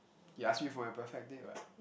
you asked me for my perfect date [what]